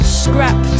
scrap